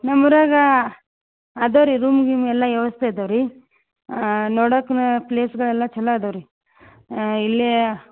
ನಮ್ಮ ಊರಾಗಾ ಅದ ರೀ ರೂಮ್ ಗೀಮ್ ಎಲ್ಲ ವ್ಯವಸ್ಥೆ ಅದಾವೆ ರೀ ಹಾಂ ನೋಡಕನು ಪ್ಲೇಸ್ಗಳೆಲ್ಲ ಛಲೋ ಅದಾವೆ ರೀ ಇಲ್ಲೇ